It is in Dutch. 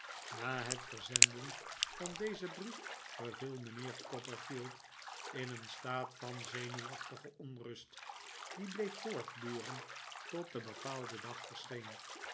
na het verzenden van dezen brief verviel mijnheer copperfield in een staat van zenuwachtige onrust die bleef voortduren tot de bepaalde dag verscheen